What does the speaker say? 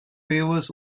favours